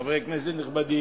חברי כנסת נכבדים,